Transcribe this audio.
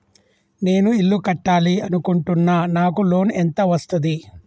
నేను ఇల్లు కట్టాలి అనుకుంటున్నా? నాకు లోన్ ఎంత వస్తది?